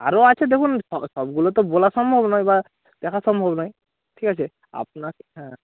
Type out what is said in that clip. আরও আছে দেখুন সবগুলো তো বলা সম্ভব নয় বা দেখা সম্ভব নয় ঠিক আছে আপনাকে হ্যাঁ